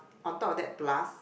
on top of that plus